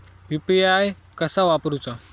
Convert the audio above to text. UPI कसा वापरूचा?